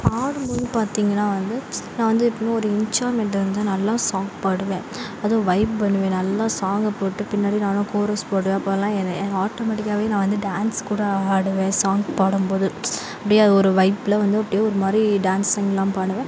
பாடும்போது பார்த்தீங்கன்னா வந்து நான் வந்து எப்பவும் ஒரு என்ஜாய்மெண்ட்டு வந்து நல்லா சாங் பாடுவேன் அதுவும் வைப் பண்ணுவேன் நல்லா சாங்கை போட்டு பின்னாடி நானும் கோரஸ் பாடுவேன் அப்போல்லாம் எங்கே ஆட்டோமெட்டிக்காகவே நான் வந்து டான்ஸ் கூட ஆடுவேன் சாங் பாடும்போது அப்படியே அது ஒரு வைபில் வந்து அப்படியே ஒரு மாதிரி டான்சிங்லாம் பண்ணுவேன்